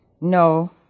No